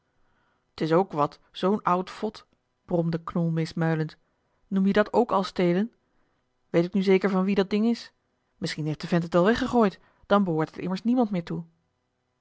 t is ook wat zoo'n oud vod bromde knol meesmuilend noem je dat ook al stelen weet ik nu zeker van wien dat ding is misschien heeft de vent het wel weggegooid dan behoort het immers niemand meer toe